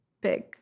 big